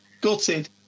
gutted